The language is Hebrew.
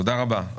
תודה רבה.